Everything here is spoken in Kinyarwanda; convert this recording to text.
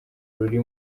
ruri